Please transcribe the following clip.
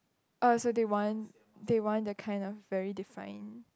(uh)d so they want they want the kind of very define